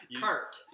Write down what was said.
Cart